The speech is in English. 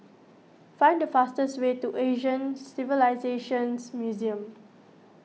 find the fastest way to Asian Civilisations Museum